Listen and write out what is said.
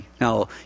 Now